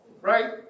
Right